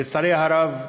לצערי הרב,